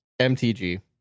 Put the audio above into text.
mtg